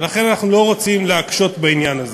ולכן אנחנו לא רוצים להקשות בעניין הזה.